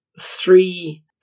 three